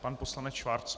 Pan poslanec Schwarz.